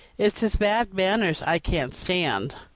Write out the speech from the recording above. it's his bad manners i can't stand.